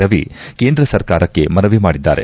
ರವಿ ಕೇಂದ್ರ ಸರ್ಕಾರಕ್ಕೆ ಮನೆವಿ ಮಾಡಿದ್ದಾರೆ